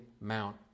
mount